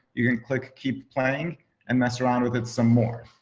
you can click keep planning and mess around with it some more.